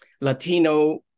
Latino